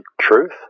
truth